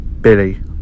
Billy